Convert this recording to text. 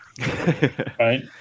Right